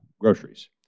groceries